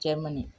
Germany